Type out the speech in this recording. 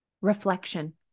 Reflection